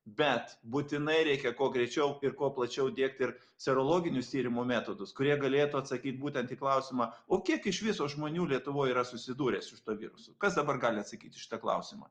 bet būtinai reikia kuo greičiau ir kuo plačiau diegti ir serologinius tyrimo metodus kurie galėtų atsakyt būtent į klausimą o kiek iš viso žmonių lietuvoj yra susidūrę su šituo virusu kas dabar gali atsakyt į šitą klausimą